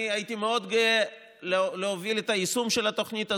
אני הייתי מאוד גאה להוביל את היישום של התוכנית הזאת.